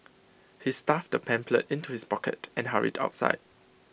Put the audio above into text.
he stuffed the pamphlet into his pocket and hurried outside